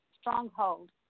stronghold